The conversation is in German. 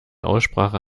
aussprache